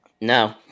No